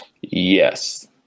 Yes